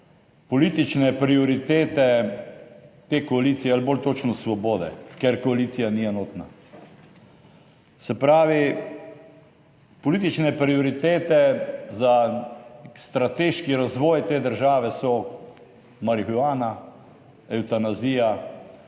politične prioritete te koalicije ali bolj točno, svobode, ker koalicija ni enotna. Se pravi, politične prioritete za strateški razvoj te države so marihuana, evtanazija,